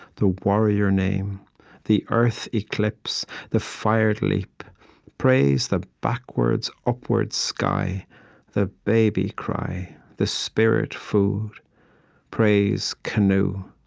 the warrior name the earth eclipse, the fired leap praise the backwards, upward sky the baby cry, the spirit food praise canoe,